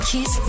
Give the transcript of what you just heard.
Kiss